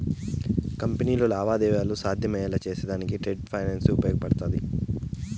కంపెనీలు వాణిజ్య లావాదేవీలు సాధ్యమయ్యేలా చేసేదానికి ట్రేడ్ ఫైనాన్స్ ఉపయోగపడతాది